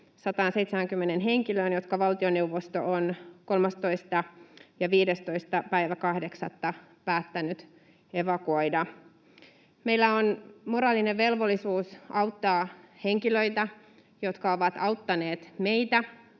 170 henkilöön, jotka valtioneuvosto on 13. ja 15.8. päättänyt evakuoida? Meillä on moraalinen velvollisuus auttaa henkilöitä, jotka ovat auttaneet meitä,